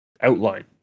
outline